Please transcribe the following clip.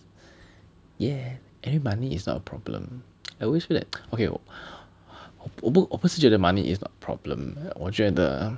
yeah anyway money is not a problem I always feel like okay 我不我不是觉得 money is not problem 我觉得